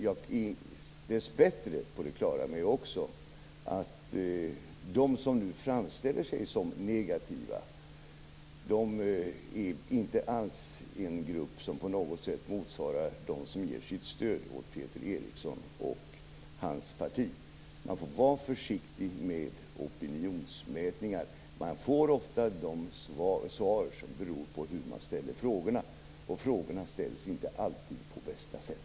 Jag är dessbättre också på det klara med att de som framställer sig som negativa inte alls är en grupp som på något sätt motsvarar dem som ger sitt stöd åt Peter Eriksson och dennes parti. Man får vara försiktig med opinionsmätningar. De svar man får beror ofta på hur man ställer frågorna, och de ställs inte alltid på bästa sätt.